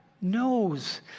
knows